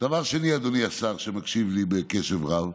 דבר שני, אדוני השר, שמקשיב לי בקשב רב,